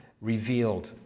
revealed